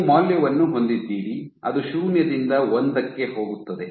ನೀವು ಮೌಲ್ಯವನ್ನು ಹೊಂದಿದ್ದೀರಿ ಅದು ಶೂನ್ಯದಿಂದ ಒಂದಕ್ಕೆ ಹೋಗುತ್ತದೆ